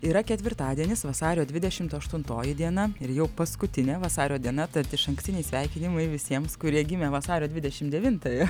yra ketvirtadienis vasario dvidešimt aštuntoji diena ir jau paskutinė vasario diena tad išankstiniai sveikinimai visiems kurie gimė vasario dvidešim devintąją